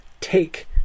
take